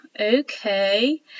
Okay